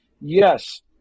Yes